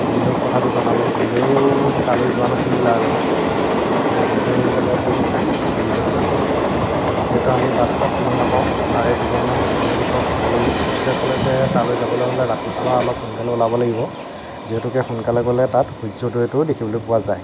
ভিনদেউক কথাটো জনালো ভিনদেউও তালৈ যোৱা নাছিল বোলে আগতে গতিকে ভিওনদেউৱে ক'লে ঠিক আছে দুয়োজন যাম আৰু যিহেতু আমি বাট পথ চিনি নাপাওঁ তাৰে দুজন মান স্থানীয় লোকৰ সহায় ল'লোঁ তেওঁলোকে ক'লে যে তালৈ যাবলৈ হ'লে ৰাতিপুৱা অলপ সোনকালে ওলাব লাগিব যিহেতুকে সোনকালে গ'লে তাত সূৰ্যোদয়টো দেখিবলৈ পোৱা যায়